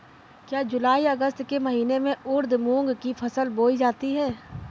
क्या जूलाई अगस्त के महीने में उर्द मूंग की फसल बोई जाती है?